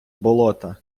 болота